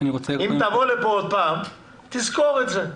אם תבוא לפה עוד פעם תזכור את זה.